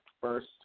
first